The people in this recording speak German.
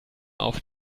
auf